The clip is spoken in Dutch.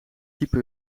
type